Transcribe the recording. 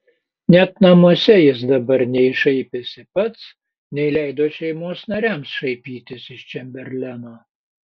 net namuose jis dabar nei šaipėsi pats nei leido šeimos nariams šaipytis iš čemberleno